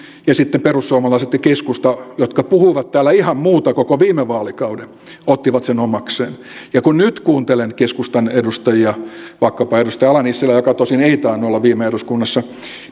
ja sitten perussuomalaiset ja keskusta jotka puhuivat täällä ihan muuta koko viime vaalikauden ottivat sen omakseen ja kun nyt kuuntelen keskustan edustajia vaikkapa edustaja ala nissilää joka tosin ei tainnut olla viime eduskunnassa